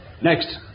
Next